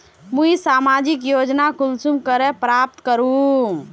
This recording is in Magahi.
मुई सामाजिक योजना कुंसम करे प्राप्त करूम?